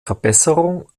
verbesserung